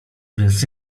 więc